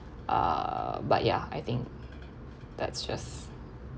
uh but ya I think that's just